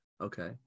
Okay